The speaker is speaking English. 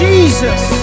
Jesus